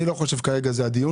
אני לא חושב שזה כרגע הדיון.